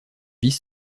vis